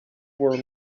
were